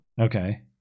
okay